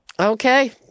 Okay